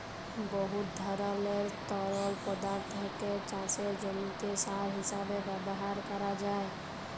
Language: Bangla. বহুত ধরলের তরল পদাথ্থকে চাষের জমিতে সার হিঁসাবে ব্যাভার ক্যরা যায়